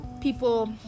people